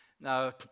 Now